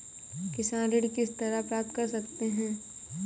किसान ऋण किस तरह प्राप्त कर सकते हैं?